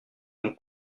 mon